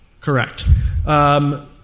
Correct